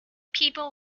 people